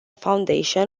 foundation